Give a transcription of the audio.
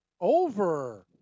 over